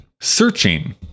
Searching